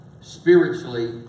spiritually